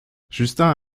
justin